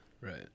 right